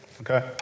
okay